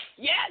Yes